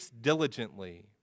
diligently